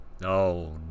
no